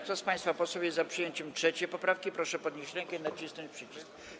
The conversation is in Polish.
Kto z państwa posłów jest za przyjęciem 3. poprawki, proszę podnieść rękę i nacisnąć przycisk.